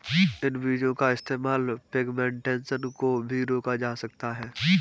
इन बीजो का इस्तेमाल पिग्मेंटेशन को भी रोका जा सकता है